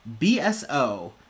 BSO